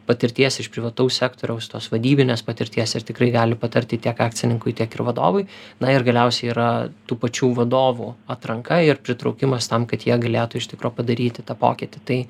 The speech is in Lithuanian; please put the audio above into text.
patirties iš privataus sektoriaus tos vadybinės patirties ir tikrai gali patarti tiek akcininkui tiek ir vadovui na ir galiausiai yra tų pačių vadovų atranka ir pritraukimas tam kad jie galėtų iš tikro padaryti tą pokytį tai